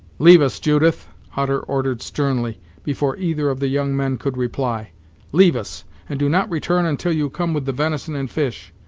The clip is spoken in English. leave us, judith, hutter ordered sternly, before either of the young men could reply leave us and do not return until you come with the venison and fish.